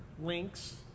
links